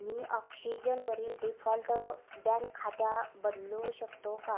मी ऑक्शिजनवरील default bank खाते बदलू शकतो का